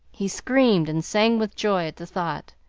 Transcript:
he screamed and sang with joy at the thought,